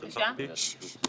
ששכחתי?